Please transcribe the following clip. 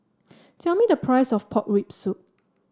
tell me the price of Pork Rib Soup